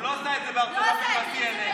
הוא לא עשה את זה בארצות הברית, ב-CNN.